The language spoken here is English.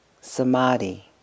Samadhi